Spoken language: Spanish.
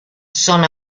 son